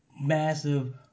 massive